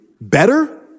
Better